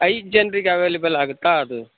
ಐದು ಜನ್ರಿಗೆ ಅವೈಲೇಬಲ್ ಆಗುತ್ತಾ ಅದು